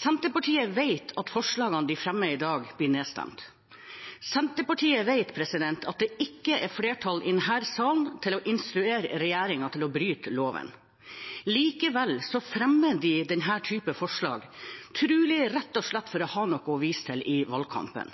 Senterpartiet vet at forslagene de fremmer i dag, blir nedstemt. Senterpartiet vet at det ikke er flertall i denne salen for å instruere regjeringen til å bryte loven. Likevel fremmer de denne type forslag, trolig rett og slett for å ha noe å vise til i valgkampen.